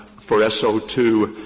for s o two,